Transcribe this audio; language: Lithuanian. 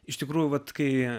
iš tikrųjų vat kai